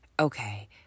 Okay